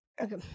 Okay